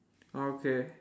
okay